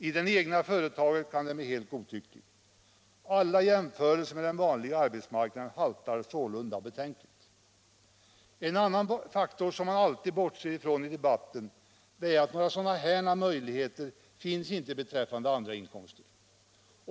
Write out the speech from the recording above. I det egna företaget kan den bli helt godtycklig. Alla jämförelser med den vanliga arbetsmarknaden haltar således betänkligt. En annan faktor som man alltid bortser ifrån i debatten är att några sådana här möjligheter inte finns beträffande andra inkomster.